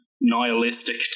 nihilistic